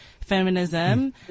feminism